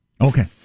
Okay